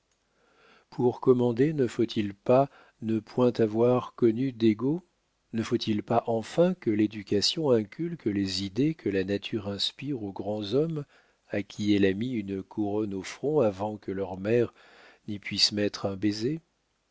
pour commander ne faut-il pas ne point avoir connu d'égaux ne faut-il pas enfin que l'éducation inculque les idées que la nature inspire aux grands hommes à qui elle a mis une couronne au front avant que leur mère n'y puisse mettre un baiser